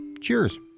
cheers